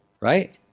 right